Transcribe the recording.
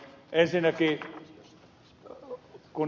ensinnäkin kun ed